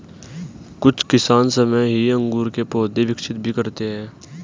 कुछ किसान स्वयं ही अंगूर के पौधे विकसित भी करते हैं